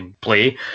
play